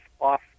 off